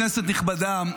כנסת נכבדה,